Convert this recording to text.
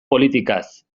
politikaz